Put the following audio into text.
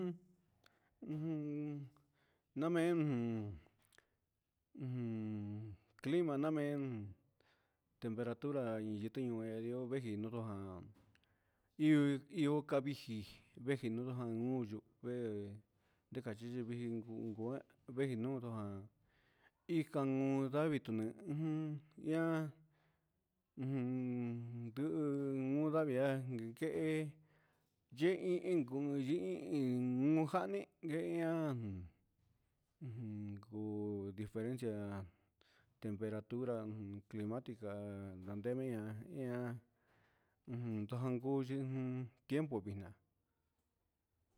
Un ujun na'a namen clima namen temperatura, yingueni'o yuu tuveniojan hí ihó kaviji tenuyu vee, dechi njini vee nutujan ijen ndavii tinen jun yá ujun ndu no ndavii jan ngu ngue yee iin inko yi'í i iin, nojani yeian ujun ngu diferencia temperatura cliamtica ndadeña ihá ujun nadanguchi jun tiempo vii.